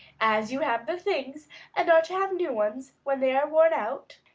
as you have the things and are to have new ones when they are worn out,